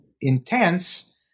intense